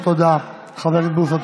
תודה רבה, חבר הכנסת בוסו.